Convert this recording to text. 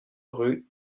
rue